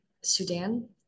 Sudan